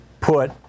put